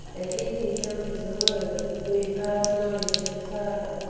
that he himself is the word, who imparts knowledge of the father,